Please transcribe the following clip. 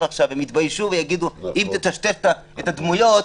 עכשיו הם יתביישו ויגידו: אם תטשטש את הדמויות,